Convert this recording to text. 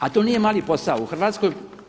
A to nije mali posao u Hrvatskoj.